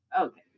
okay